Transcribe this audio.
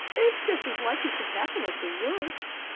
it's just as likely to happen as the worst.